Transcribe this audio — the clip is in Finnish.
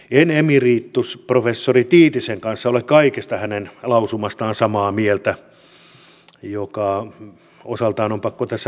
en emeritusprofessori tiitisen kanssa ole kaikesta hänen lausumastaan samaa mieltä mikä osaltaan on pakko tässä todeta